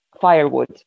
firewood